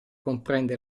comprende